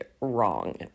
wrong